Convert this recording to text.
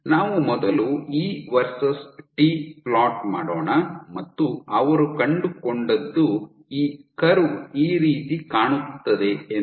ನಾವು ಮೊದಲು E versus T plot ಮಾಡೋಣ ಮತ್ತು ಅವರು ಕಂಡುಕೊಂಡದ್ದು ಈ ಕರ್ವ್ ಈ ರೀತಿ ಕಾಣುತ್ತದೆ ಎಂದು